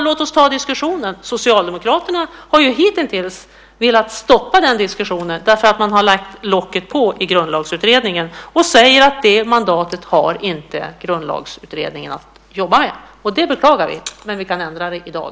Låt oss ta diskussionen. Socialdemokraterna har ju hittills velat stoppa den diskussionen när man lagt locket på i Grundlagsutredningen och sagt att den inte har det mandatet att jobba med. Det beklagar vi, men vi kan ändra på det i dag.